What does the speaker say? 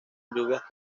lluvias